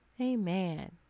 amen